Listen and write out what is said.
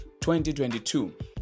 2022